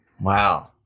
Wow